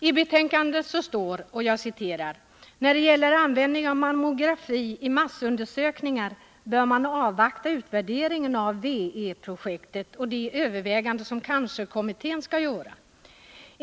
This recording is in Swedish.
I betänkandet står: ”När det gäller frågan om användning av mammografi i massundersökningar bör man avvakta utvärderingen av W-E-projektet och de överväganden som cancerkommittén skall göra.